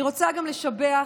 אני רוצה גם לשבח